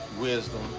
wisdom